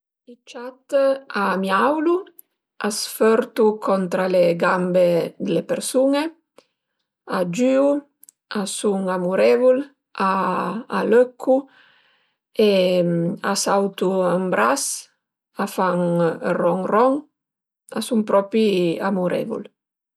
I ciat a miaulu, a s'fertu contra le gambe d'le persun-e, a giüu, a sun amurevul, a lëccu e a sautu ën bras, a fan ël ron ron, a sun propi amurevul